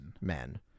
Men